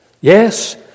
Yes